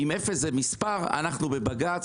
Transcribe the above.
אם אפס זה מספר אנחנו בבג"ץ,